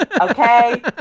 Okay